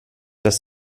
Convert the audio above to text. das